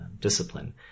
discipline